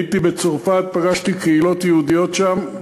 הייתי בצרפת, פגשתי קהילות יהודיות שם.